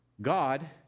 God